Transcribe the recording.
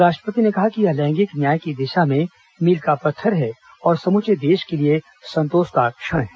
राष्ट्रपति ने कहा कि यह लैंगिंक न्याय की दिशा में मील का पत्थर है और समूचे देश के लिए संतोष का क्षण है